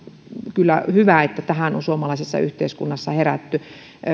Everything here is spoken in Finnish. kyllä hyvä että tähän on suomalaisessa yhteiskunnassa herätty